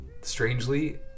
Strangely